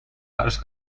براش